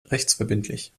rechtsverbindlich